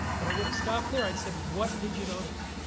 but i wouldn't stop there. i said, what did you notice?